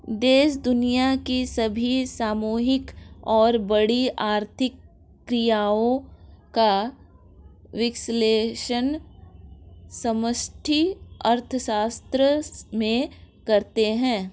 देश दुनिया की सभी सामूहिक और बड़ी आर्थिक क्रियाओं का विश्लेषण समष्टि अर्थशास्त्र में करते हैं